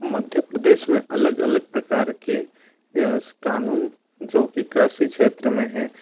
मध्य प्रदेश मे अलग अलग प्रकार के कानून जोकि कृषि क्षेत्र में हैं